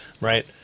right